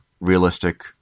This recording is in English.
realistic